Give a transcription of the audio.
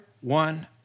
one